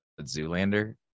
Zoolander